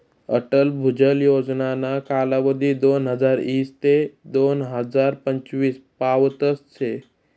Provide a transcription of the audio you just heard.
अटल भुजल योजनाना कालावधी दोनहजार ईस ते दोन हजार पंचवीस पावतच शे